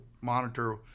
monitor